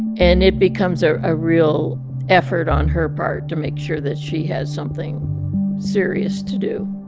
and it becomes a ah real effort on her part to make sure that she has something serious to do.